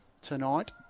Tonight